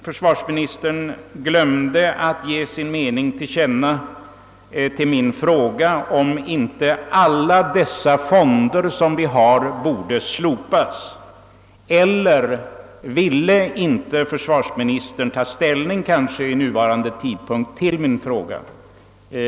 Försvarsministern glömde att ge sin mening till känna till min fråga om inte alla dessa fonder borde slopas. Eller vill inte försvarsministern vid denna tidpunkt ta ställning därtill?